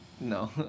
No